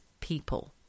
people